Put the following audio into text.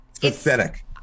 pathetic